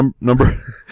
Number